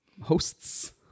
Hosts